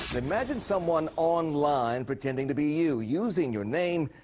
imagine someone online pretending to be you, using your name,